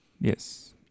Yes